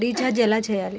Recharge ఎలా చెయ్యాలి?